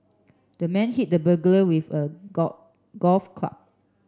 the man hit the burglar with a golf golf club